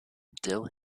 dill